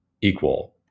equal